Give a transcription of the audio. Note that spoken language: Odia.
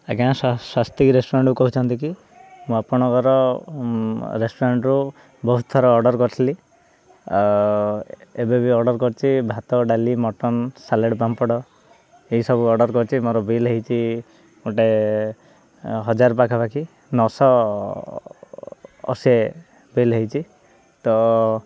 ଆଜ୍ଞା ସ୍ଵାସ୍ତିକ ରେଷ୍ଟୁରାଣ୍ଟ୍ରୁ କହୁଛନ୍ତି କି ମୁଁ ଆପଣଙ୍କର ରେଷ୍ଟୁରାଣ୍ଟ୍ରୁ ବହୁତ ଥର ଅର୍ଡ଼ର କରିଥିଲି ଏବେବି ଅର୍ଡ଼ର କରିଛି ଭାତ ଡାଲି ମଟନ୍ ସାଲାଡ଼ ପାମ୍ପଡ଼ ଏସବୁ ଅର୍ଡ଼ର କରିଛି ମୋର ବିଲ୍ ହେଉଛି ଗୋଟେ ହଜାର ପାଖାପାଖି ନଅଶହ ଅଶୀ ବିଲ୍ ହେଉଛି ତ